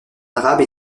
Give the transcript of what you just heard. arabe